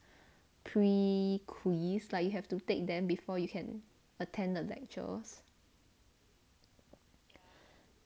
pre quiz like you have to take them before you can attend the lectures